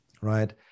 right